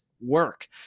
work